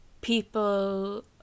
people